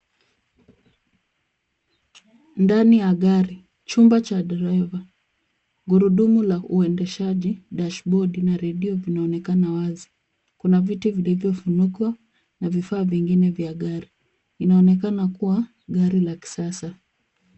Ndani ya gari. Chumba cha (cs)driver(cs), gurudumu la uendeshaji, dashi bodi na redio vinaonekana wazi. Kuna viti vilivyofunikwa na vifaa vingine vya gari. Inaonekana kuwa gari la kisasa.